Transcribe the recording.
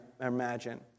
imagine